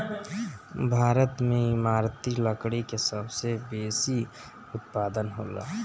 भारत में इमारती लकड़ी के सबसे बेसी उत्पादन होला